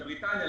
לבריטניה,